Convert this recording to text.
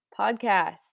Podcast